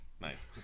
nice